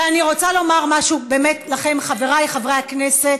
ואני רוצה לומר משהו לכם, חבריי חברי הכנסת: